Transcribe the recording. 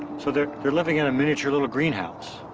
so they're they're living in a miniature little greenhouse.